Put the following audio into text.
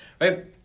right